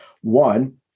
One